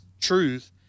truth